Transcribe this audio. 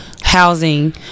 housing